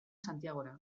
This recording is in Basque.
santiagora